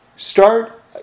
Start